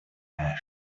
ash